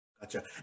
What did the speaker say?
Gotcha